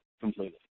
completely